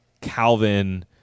Calvin